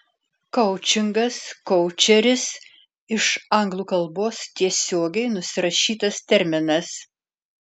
koučingas koučeris iš anglų kalbos tiesiogiai nusirašytas terminas